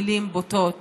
מילים בוטות